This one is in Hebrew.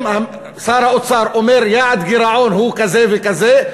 אם שר האוצר אומר: יעד הגירעון הוא כזה וכזה,